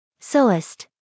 Soest